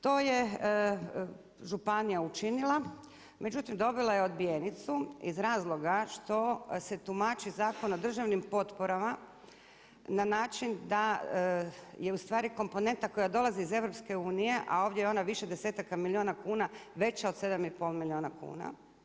To je županija učinila međutim dobila je odbijenicu iz razloga što se tumači Zakon o državnim potporama na način da je ustvari komponenta iz EU a ovdje je ona više desetaka milijuna kuna veća od 7,5 milijuna kuna.